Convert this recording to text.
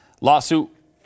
Lawsuit